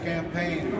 Campaign